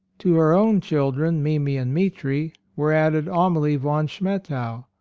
to her own children, mimi and mitri, were added amalie von schmettau,